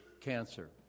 cancer